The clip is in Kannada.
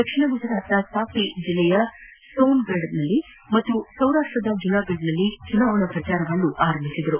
ದಕ್ಷಿಣ ಗುಜರಾತ್ನ ತಾಪಿ ಜಿಲ್ಲೆಯ ಸೋನ್ಗಾಢ್ನಲ್ಲಿ ಹಾಗೂ ಸೌರಾಷ್ಟದ ಜುನಾಗಡ್ನಲ್ಲಿ ಚುನಾವಣಾ ಪ್ರಚಾರ ಆರಂಭಿಸಿದ್ದಾರೆ